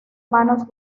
manos